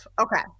okay